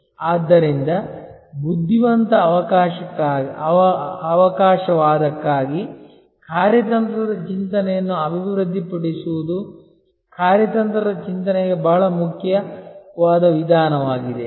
ಆದ್ದರಿಂದ ಬುದ್ಧಿವಂತ ಅವಕಾಶವಾದಕ್ಕಾಗಿ ಕಾರ್ಯತಂತ್ರದ ಚಿಂತನೆಯನ್ನು ಅಭಿವೃದ್ಧಿಪಡಿಸುವುದು ಕಾರ್ಯತಂತ್ರದ ಚಿಂತನೆಗೆ ಬಹಳ ಮುಖ್ಯವಾದ ವಿಧಾನವಾಗಿದೆ